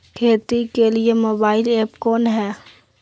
खेती के लिए मोबाइल ऐप कौन है?